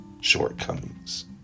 Shortcomings